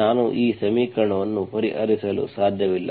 ನಾನು ಈ ಸಮೀಕರಣವನ್ನು ಪರಿಹರಿಸಲು ಸಾಧ್ಯವಿಲ್ಲ